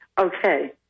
Okay